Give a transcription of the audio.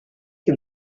can